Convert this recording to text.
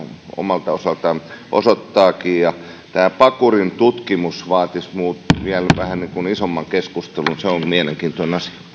omalta osaltaan osoittaakin ja tämä pakurin tutkimus vaatisi vielä vähän isomman keskustelun se on mielenkiintoinen